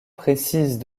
précise